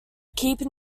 keeping